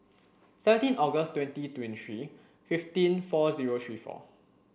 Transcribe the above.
seventeen August twenty twenty three fifteen four zero three four